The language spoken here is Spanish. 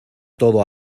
todo